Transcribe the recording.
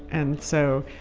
and so,